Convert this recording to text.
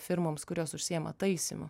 firmoms kurios užsiima taisymu